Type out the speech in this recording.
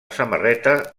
samarreta